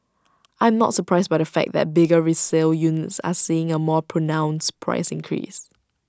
I am not surprised by the fact that bigger resale units are seeing A more pronounced price increase